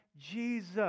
Jesus